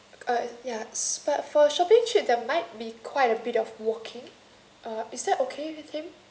uh ya s~ but for shopping trip there might be quite a bit of walking uh is that okay with him